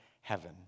heaven